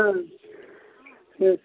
हँ ह्म्म